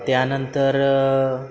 त्यानंतर